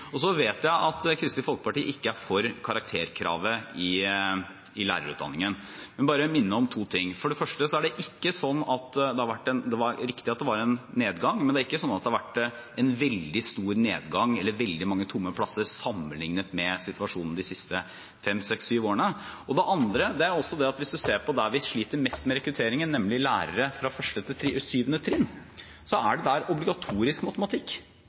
Så vet jeg at Kristelig Folkeparti ikke er for karakterkravet i lærerutdanningen, men jeg vil bare minne om to ting: For det første: Det er riktig at det var en nedgang, men det har ikke vært en veldig stor nedgang eller vært veldig mange tomme plasser sammenlignet med situasjonen de siste fem–seks–syv årene. Det andre er at hvis man ser på det som vi sliter mest med rekrutteringen til, nemlig lærere til 1.–7. trinn, ser man at der er matematikk obligatorisk. Alle disse lærerne skal ut i skolen, matematikk er obligatorisk i lærerutdanningen deres, og de skal ut og – i hvert fall i teorien – undervise i matematikk.